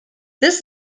this